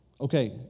Okay